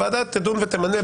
הוועדה תדון ותמנה,